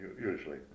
usually